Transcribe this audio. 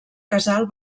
casal